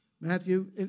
Matthew